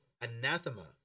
anathema